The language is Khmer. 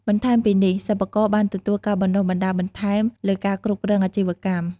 បន្ថែមពីនេះ សិប្បករបានទទួលការបណ្ដុះបណ្ដាលបន្ថែមលើការគ្រប់គ្រងអាជីវកម្ម។